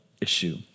issue